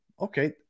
Okay